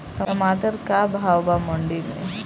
टमाटर का भाव बा मंडी मे?